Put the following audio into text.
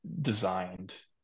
designed